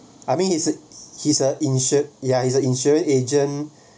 I mean he's he's a insured ya he's the insurance agent